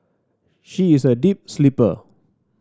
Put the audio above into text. she is a deep sleeper